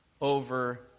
over